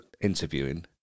interviewing